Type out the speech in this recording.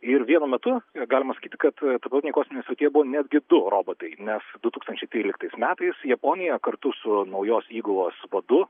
ir vienu metu galima sakyti kad tarptautinėje kosminėje stotyje netgi du robotai nes du tūkstančiai tryliktais metais japonija kartu su naujos įgulos vadu